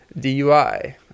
DUI